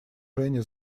женя